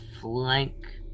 flank